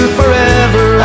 forever